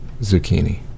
zucchini